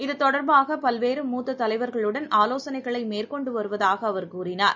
இது தொடர்பாகபல்வேறு மூத்ததலைவர்களுடன் ஆலோசனைகளைமேற்கொண்டுவருவதாகஅவர் கூறினார்